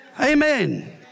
Amen